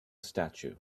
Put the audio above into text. statue